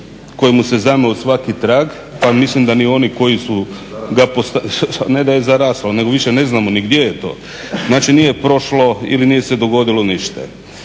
kojemu se zameo svaki trag pa mislim da ni oni koji su ga postavili… … /Upadica se ne čuje./ … Ne da je zaraslo, nego više ne znamo ni gdje je to. Znači nije prošlo ili nije se dogodilo ništa.